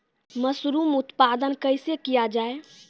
Mushroom उत्पादन कैसे किया जाय?